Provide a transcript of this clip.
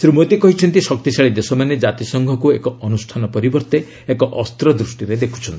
ଶ୍ରୀ ମୋଦି କହିଛନ୍ତି ଶକ୍ତିଶାଳୀ ଦେଶମାନେ ଜାତିସଂଘକୁ ଏକ ଅନୁଷ୍ଠାନ ପରିବର୍ତ୍ତେ ଏକ ଅସ୍ତ୍ର ଦୃଷ୍ଟିରେ ଦେଖୁଛନ୍ତି